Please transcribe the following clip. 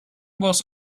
was